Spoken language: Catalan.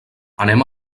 anem